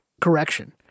correction